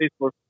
Facebook